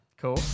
Cool